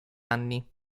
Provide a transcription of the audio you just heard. anni